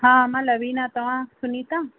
हा मां लवीना तव्हां सुनीता